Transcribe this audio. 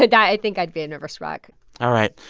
and i think i'd be a nervous wreck all right.